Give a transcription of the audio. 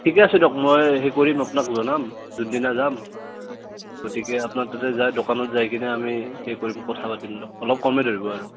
ঠিকে আছে দিয়ক মই সেই কৰিম আপোনাক জনাম যোনদিনা যাম গতিকে আপোনাৰ তাতে যাই দোকানত যাই কিনে আমি হেৰি কৰিম কথা পাতিম দক অলপ কমাই ধৰিব আৰু